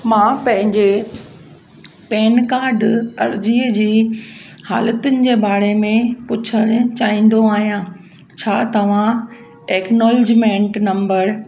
मां पंहिंजे PAN card अर्ज़ीअ जी हालतुनि जे बारे में पुछणु चाहींदो आहियां छा तव्हां एक्नॉलेजमेंट नम्बर